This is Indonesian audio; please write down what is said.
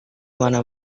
mana